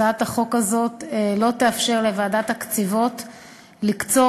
הצעת החוק הזאת לא תאפשר לוועדת הקציבה לקצוב